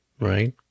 right